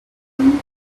thing